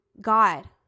God